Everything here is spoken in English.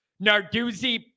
Narduzzi